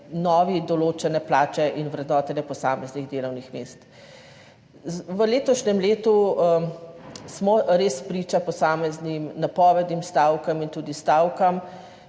nove določene plače in vrednotenja posameznih delovnih mest. V letošnjem letu smo res priča posameznim napovedim stavk in tudi stavkam,